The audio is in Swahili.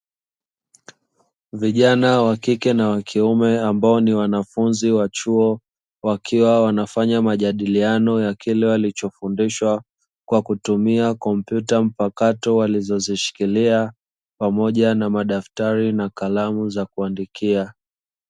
Vijana wa kike na wa kiume ambao ni wanafunzi wa chuo, wakiwa wanafanya majadiliano ya kile walichofundishwa kwa kutumia kompyuta mpakato walizozishikilia, pamoja na madaftari na kalamu za kuandikia.